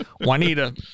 Juanita